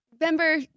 Remember